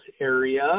area